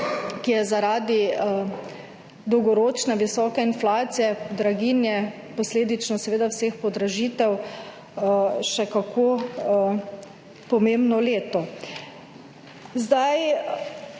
ki je zaradi dolgoročne visoke inflacije, draginje, posledično seveda vseh podražitev še kako pomembno leto.